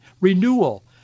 renewal